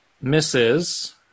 misses